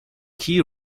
key